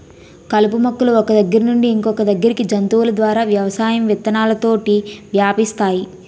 కలుపు మొక్కలు ఒక్క దగ్గర నుండి ఇంకొదగ్గరికి జంతువుల ద్వారా వ్యవసాయం విత్తనాలతోటి వ్యాపిస్తాయి